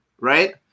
right